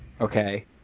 Okay